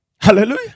Hallelujah